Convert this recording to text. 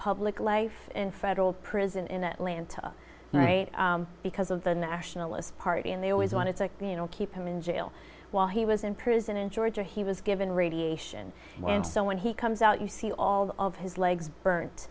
public life in federal prison in atlanta right because of the nationalist party and they always wanted to you know keep him in jail while he was in prison in georgia he was given radiation and so when he comes out you see all of his